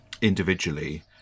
individually